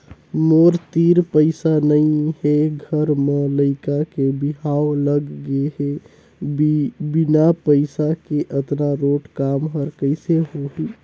मोर तीर पइसा नइ हे घर म लइका के बिहाव लग गे हे बिना पइसा के अतना रोंट काम हर कइसे होही